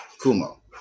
Kumo